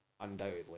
undoubtedly